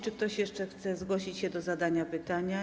Czy ktoś jeszcze chce zgłosić się do zadania pytania?